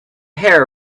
hair